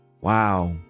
Wow